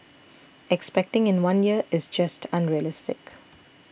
expecting in one year is just unrealistic